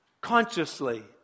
consciously